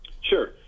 sure